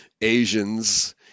Asians